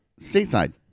stateside